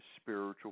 spiritual